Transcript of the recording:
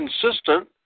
consistent